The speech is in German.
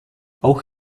auch